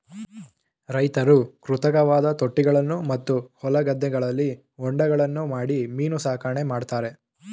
ರೈತ್ರು ಕೃತಕವಾದ ತೊಟ್ಟಿಗಳನ್ನು ಮತ್ತು ಹೊಲ ಗದ್ದೆಗಳಲ್ಲಿ ಹೊಂಡಗಳನ್ನು ಮಾಡಿ ಮೀನು ಸಾಕಣೆ ಮಾಡ್ತರೆ